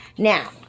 Now